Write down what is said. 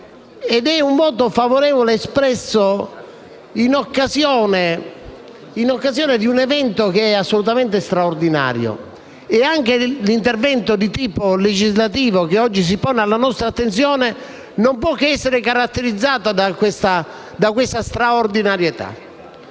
ed è un voto favorevole espresso in occasione di un evento assolutamente straordinario. Pertanto, anche l'intervento legislativo che oggi si pone alla nostra attenzione non può che essere caratterizzato da questa straordinarietà.